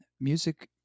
Music